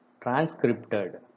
transcripted